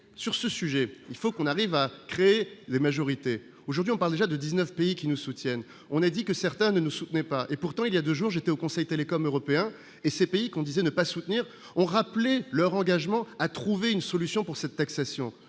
sur ce sujet, il faut qu'on arrive à créer des majorités, aujourd'hui on parle déjà de 19 pays qui nous soutiennent, on a dit que certains ne soutenait pas et pourtant il y a 2 jours, j'étais au Conseil télécoms européen et ces pays qu'on disait ne pas soutenir ont rappelé leur engagement à trouver une solution pour cette taxation,